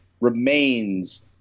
remains